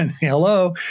Hello